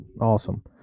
Awesome